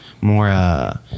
More